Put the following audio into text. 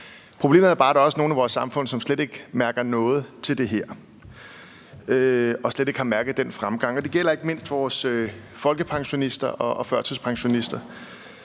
Problemet er bare, at der også er nogle i vores samfund, der ikke mærker noget til det her og slet ikke har mærket den fremgang. Det gælder ikke mindst vores folkepensionister og førtidspensionister,